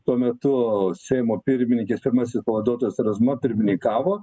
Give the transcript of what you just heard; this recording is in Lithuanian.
tuo metu seimo pirmininkės pirmasis pavaduotojas razma pirmininkavo